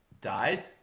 died